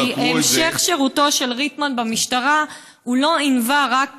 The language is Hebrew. כי המשך שירותו של ריטמן במשטרה לא ינבע רק